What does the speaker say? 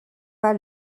pas